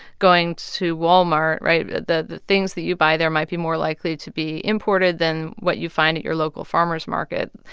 going to walmart right? the things that you buy there might be more likely to be imported than what you find at your local farmer's market.